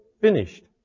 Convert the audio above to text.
finished